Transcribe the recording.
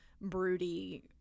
broody